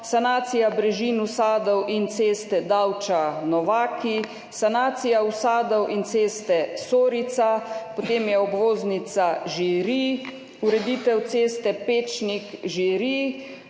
sanacija brežin, usadov in ceste Davča–Novaki, sanacija usadov in ceste Sorica, potem je obvoznica Žiri, ureditev ceste Pečnik–Žiri,